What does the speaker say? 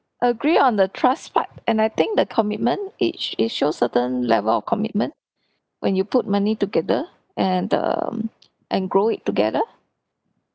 agree on the trust part and I think the commitment it it shows certain level of commitment when you put money together and um and grow it together